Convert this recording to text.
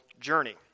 journey